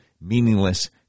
meaningless